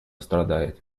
страдает